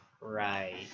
right